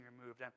removed